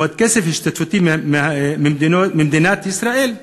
ועוד כסף, השתתפות ממדינת ישראל.